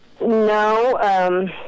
no